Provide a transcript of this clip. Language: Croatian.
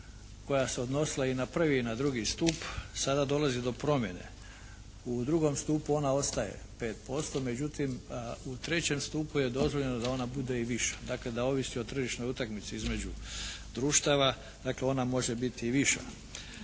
koja se odnosila i na prvi i na drugi stup sada dolazi do promjene. U drugom stupu ona ostaje 5%. Međutim, u trećem stupu je dozvoljeno da ona bude i viša. Dakle, da ovisi o tržišnoj utakmici između društava. Dakle, ona može biti i viša.